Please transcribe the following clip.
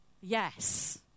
Yes